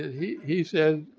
he he said,